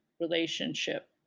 relationship